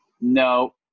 No